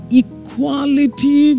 equality